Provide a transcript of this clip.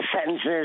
sentences